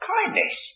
Kindness